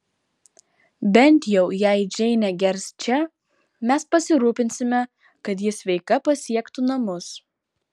bent jau jei džeinė gers čia mes pasirūpinsime kad ji sveika pasiektų namus